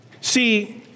See